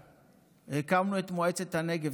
הקמנו את מועצת הנגב,